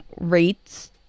rates